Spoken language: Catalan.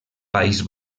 país